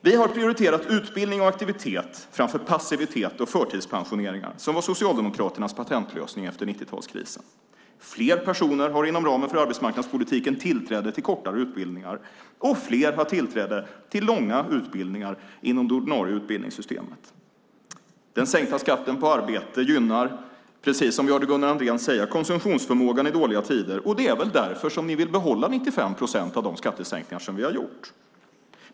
Vi har prioriterat utbildning och aktivitet framför passivitet och förtidspensioneringar, som var Socialdemokraternas patentlösning efter 90-talskrisen. Fler personer har inom ramen för arbetsmarknadspolitiken tillträde till kortare utbildningar, och fler har tillträde till långa utbildningar inom det ordinarie utbildningssystemet. Den sänkta skatten på arbete gynnar, precis som vi hörde Gunnar Andrén säga, konsumtionsförmågan i dåliga tider. Det är väl därför som ni vill behålla 95 procent av de skattesänkningar som vi har gjort.